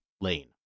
lane